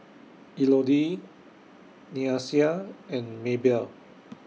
Elodie Nyasia and Maybell